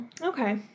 Okay